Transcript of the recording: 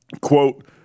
Quote